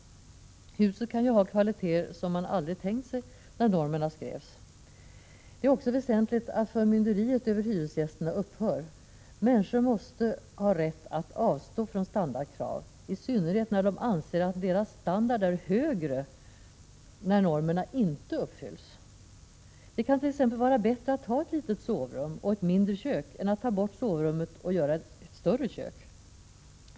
Huset kan ju ha kvaliteter som man aldrig har tänkt sig när normerna skrevs. Det är också väsentligt att förmynderiet över hyresgästerna upphör. Människor måste ha rätt att avstå från standardkrav, i synnerhet när de anser att deras standard är högre när normerna inte uppfylls. Det kan t.ex. vara bättre att ha ett litet sovrum och ett mindre kök än att ta bort sovrummet och göra ett större kök.